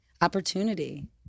Opportunity